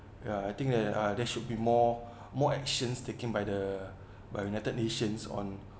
ya I think that uh there should be more more actions taken by the by the united nations on